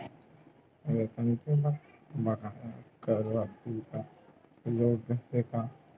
वेतन के बकाया कर राशि कर योग्य हे का?